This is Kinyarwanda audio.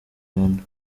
rwanda